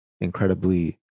incredibly